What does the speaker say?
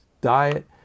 diet